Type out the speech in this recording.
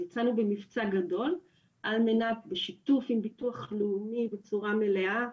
אז יצאנו במבצע גדול בשיתוף עם ביטוח לאומי בצורה מלאה.